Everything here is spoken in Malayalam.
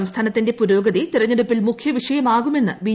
സംസ്ഥാനത്തിന്റെ പുരോഗതി തെരഞ്ഞെടുപ്പിൽ മുഖ്യവിഷയമാകുമെന്ന് ബി